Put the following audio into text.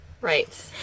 Right